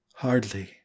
Hardly